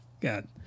God